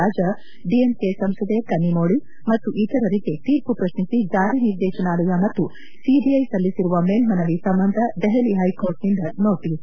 ರಾಜ ಡಿಎಂಕೆ ಸಂಸದೆ ಕನ್ನಿಮೊಳ ಮತ್ತು ಇತರರಿಗೆ ತೀರ್ಮ ಪ್ರಶ್ನಿಸಿ ಜಾರಿ ನಿರ್ದೇಶನಾಲಯ ಮತ್ತು ಸಿಬಿಐ ಸಲ್ಲಿಸಿರುವ ಮೇಲ್ದನವಿ ಸಂಬಂಧ ದೆಹಲಿ ಹೈಕೋರ್ಟ್ನಿಂದ ನೋಟಿಸ್